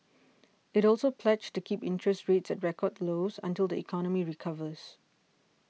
it also pledged to keep interest rates at record lows until the economy recovers